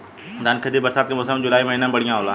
धान के खेती बरसात के मौसम या जुलाई महीना में बढ़ियां होला?